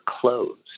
closed